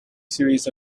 series